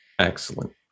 excellent